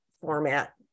format